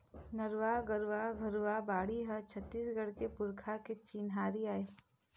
नरूवा, गरूवा, घुरूवा, बाड़ी ह छत्तीसगढ़ के पुरखा के चिन्हारी आय